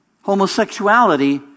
Homosexuality